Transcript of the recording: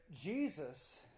Jesus